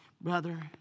Brother